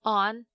on